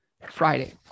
Friday